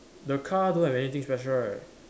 the car don't have anything special right